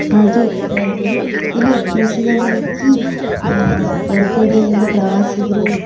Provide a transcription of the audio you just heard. ಹಾಗೆ ನೋಡ್ಬೋದು ಇಲ್ಲಿ ಪ್ರಸಿದ್ಧವಾಗಿ ಹೊರಗಡೆಯಿಂದ ಪ್ರವಾಸಿಗರು